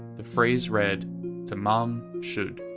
the phrase read tamam shud.